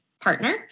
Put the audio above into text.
partner